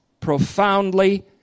profoundly